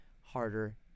harder